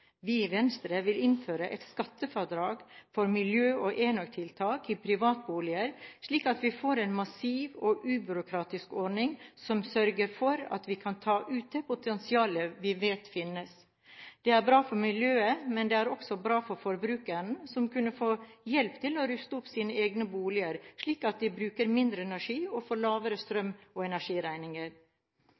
Vi i Venstre vil innføre et skattefradrag for miljø- og enøktiltak i privatboliger, slik at vi får en massiv og ubyråkratisk ordning som sørger for at vi kan ta ut det potensialet vi vet finnes. Det er bra for miljøet, men det er også bra for forbrukerne, som vil kunne få hjelp til å ruste opp sine egne boliger slik at de bruker mindre energi og får lavere strøm- og energiregninger.